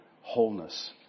wholeness